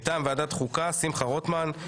מטעם ועדת החוקה שמחה רוטמן,